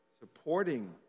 supporting